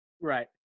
Right